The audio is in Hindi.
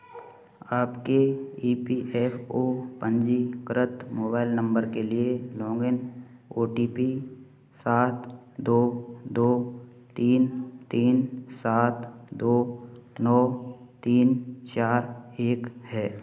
आपके ई पी एफ़ ओ पंजीकृत मोबाइल नंबर के लिए लॉगिन ओ टी पी सात दो दो तीन तीन सात दो नौ तीन चार एक है